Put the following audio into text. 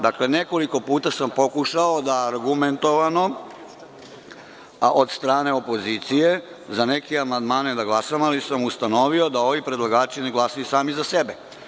Dakle, nekoliko puta sam pokušao da argumentovano, a od strane opozicije, za neke amandmane da glasam, ali sam ustanovio da ovi predlagači ne glasaju sami za sebe.